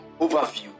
overview